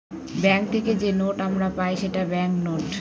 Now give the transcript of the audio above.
bank থেকে যে note আমরা পাই সেটা ব্যাঙ্ক নোট